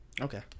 Okay